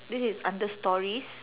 this is under stories